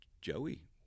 Joey